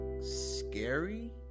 scary